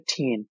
15